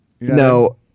No